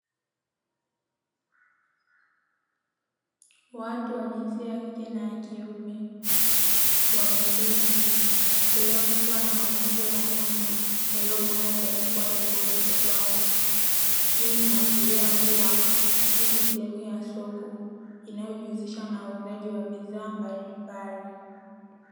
Watu wa jinsia ya kike na kiume wameketi mbele yao kukiwa na mafungu ya nyanya yaliyopangwa kwa ukubwa tofauti tofauti, hii inaashiria kuwa ni sehemu ya soko inayojihusisha na uuzaji wa bidhaa mbalimbali.